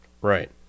right